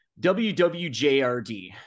wwjrd